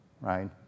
right